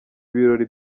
ibirori